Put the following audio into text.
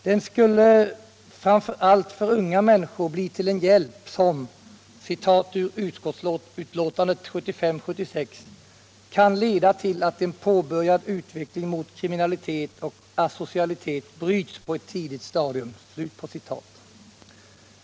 Den skulle framför allt för unga människor bli till en hjälp som, enligt ett utskottsbetänkande 1975/76, kan leda till att en påbörjad utveckling mot kriminalitet och asocialitet bryts på ett tidigt stadium.